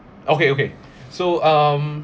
okay okay so um